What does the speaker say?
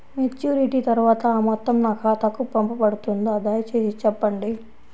Maturity తర్వాత ఆ మొత్తం నా ఖాతాకు పంపబడుతుందా? దయచేసి చెప్పండి?